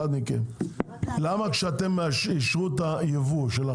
לי למה כשאישרו את הייבוא,